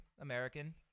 American